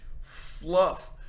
Fluff